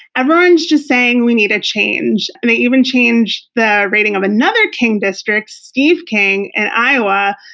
everyone's just saying we need a change. and they even changed the rating of another king district, steve king in iowa,